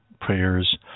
prayers